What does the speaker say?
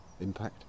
impact